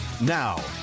Now